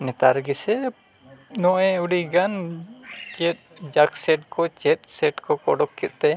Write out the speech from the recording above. ᱱᱮᱛᱟᱨ ᱜᱮᱥᱮ ᱱᱚᱜᱼᱚᱸᱭ ᱟᱹᱰᱤ ᱜᱟᱱ ᱪᱮᱫ ᱡᱟᱠ ᱥᱮᱴ ᱠᱚ ᱪᱮᱫ ᱥᱮᱴ ᱠᱚᱠᱚ ᱩᱰᱩᱠ ᱠᱮᱫᱛᱮ